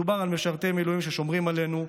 מדובר על משרתי מילואים ששומרים עלינו,